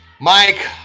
Mike